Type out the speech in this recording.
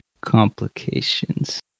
complications